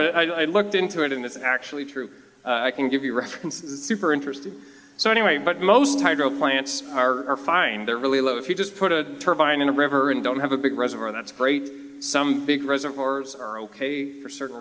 boom i looked into it and that's actually true i can give you references super interesting so anyway but most hydro plants are are find they're really low if you just put a turbine in a river and don't have a big reservoir that's great some big reservoirs are ok for certain